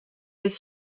oedd